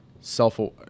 self-aware